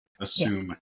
assume